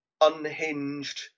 unhinged